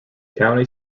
county